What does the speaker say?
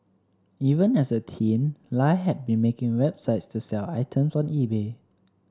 even as a teen Lie had been making websites to sell items on eBay